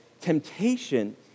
temptation